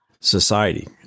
society